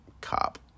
cop